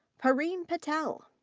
pareen patel.